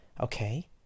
Okay